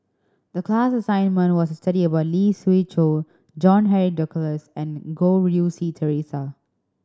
the class assignment was study about Lee Siew Choh John Henry Duclos and Goh Rui Si Theresa